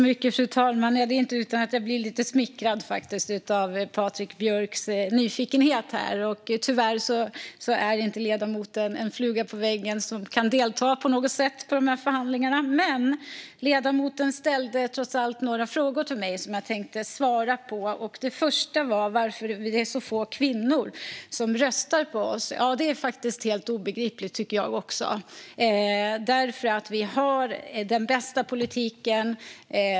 Fru talman! Det är inte utan att jag blir lite smickrad av Patrik Björcks nyfikenhet. Tyvärr är ledamoten inte en fluga på väggen som kan delta på något sätt vid de förhandlingarna. Men ledamoten ställde trots allt några frågor till mig, och jag tänkte svara på dem. Den första gällde varför det är så få kvinnor som röstar på oss. Det tycker jag också är helt obegripligt. Vi har den bästa politiken.